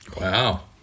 Wow